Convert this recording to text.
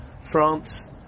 France